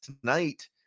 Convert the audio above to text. Tonight